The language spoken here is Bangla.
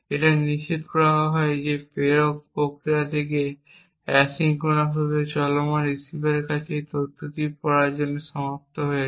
এটি নিশ্চিত করা হয় যে প্রেরক প্রক্রিয়া থেকে অ্যাসিঙ্ক্রোনাসভাবে চলমান রিসিভারের কাছে এই তথ্যটি পড়ার জন্য পর্যাপ্ত সময় রয়েছে